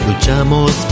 Luchamos